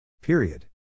Period